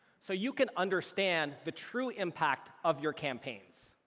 so you can understand the true impact of your campaigns